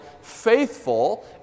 faithful